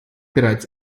bereits